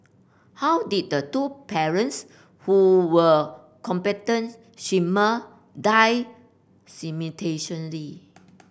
how did the two parents who were competent swimmer die